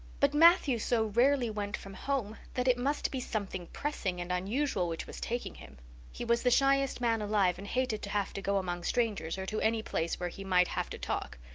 but matthew so rarely went from home that it must be something pressing and unusual which was taking him he was the shyest man alive and hated to have to go among strangers or to any place where he might have to talk.